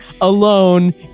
alone